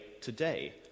today